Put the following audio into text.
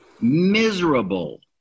Miserable